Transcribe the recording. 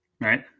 Right